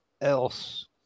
else